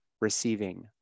receiving